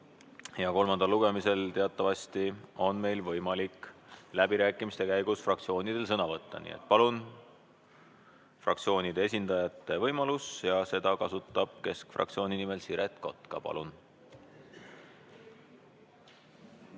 Kolmandal lugemisel teatavasti on meil võimalik läbirääkimiste käigus fraktsioonidel sõna võtta. Fraktsioonide esindajate võimalust kasutab keskfraktsiooni nimel Siret Kotka. Palun!